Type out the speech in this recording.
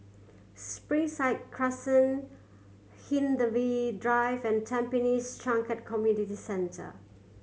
Springside Crescent Hindhede Drive and Tampines Changkat Community Centre